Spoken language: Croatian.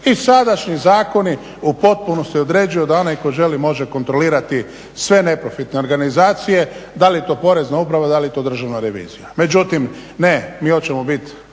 I sadašnji zakoni u potpunosti određuju da onaj tko želi može kontrolirati sve neprofitne organizacije. Da li je to Porezna uprava, da li je to Državna revizija? Međutim, ne. Mi hoćemo bit